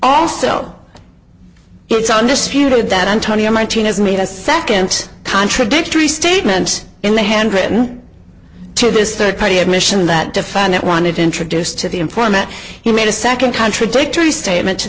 also it's undisputed that antonio martinez made a second contradictory statement in the handwritten to this third party admission that define that wanted to introduce to the informant he made a second contradictory statement to